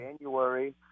January